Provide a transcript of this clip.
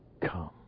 come